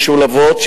משולבות,